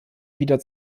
wieder